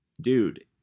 dude